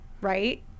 right